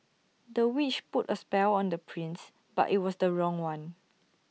the witch put A spell on the prince but IT was the wrong one